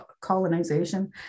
colonization